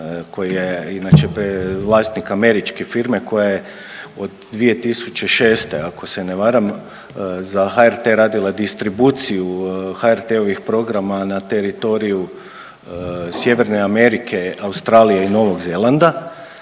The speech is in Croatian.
koji je inače vlasnik američke firme koja je od 2006. ako se ne varam za HRT radila distribuciju HRT-ovih programa na teritoriju Sjeverne Amerike, Australije i Novog Zelanda.